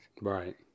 Right